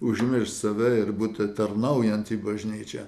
užmiršt save ir būti tarnaujanti bažnyčia